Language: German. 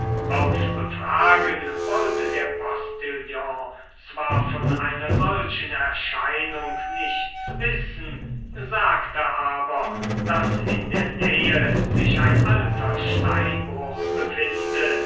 auf befragen wollte der postillon zwar von einer solchen erscheinung nichts wissen sagte aber daß in der nähe sich ein alter steinbruch befinde